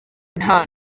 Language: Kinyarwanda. nta